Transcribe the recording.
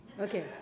Okay